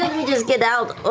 just get out?